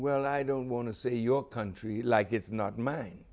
well i don't want to see your country like it's not mine